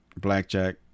blackjack